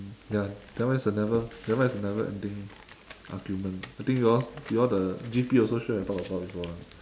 ya that one is a never that one is never ending argument I think you all you all the G_P also sure have talk about before ah